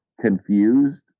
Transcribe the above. confused